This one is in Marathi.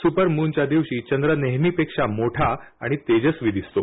सुपरमुनच्या दिवशी चंद्र नेहमीपेक्षा मोठा आणि तेजस्वी दिसतो